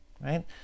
right